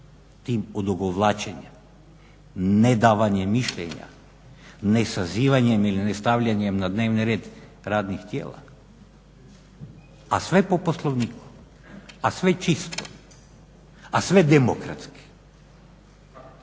tim odugovlačenjem, ne davanjem mišljenja, ne sazivanjem ili ne stavljanjem na dnevni red radnih tijela. A sve po Poslovniku, a sve čisto, a sve demokratski.